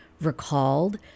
recalled